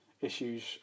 issues